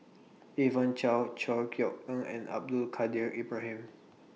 Evon Kow Chor Yeok Eng and Abdul Kadir Ibrahim